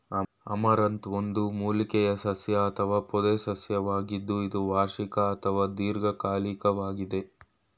amaranth ಒಂದು ಮೂಲಿಕೆಯ ಸಸ್ಯ ಅಥವಾ ಪೊದೆಸಸ್ಯವಾಗಿದ್ದು ಇದು ವಾರ್ಷಿಕ ಅಥವಾ ದೀರ್ಘಕಾಲಿಕ್ವಾಗಿದೆ